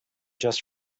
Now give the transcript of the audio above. just